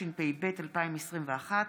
התשפ"ב 2021,